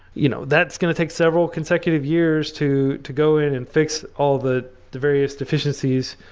you know that's going to take several consecutive years to to go in and fix all the the various deficiencies.